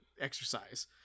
exercise